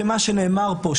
מה שנאמר פה,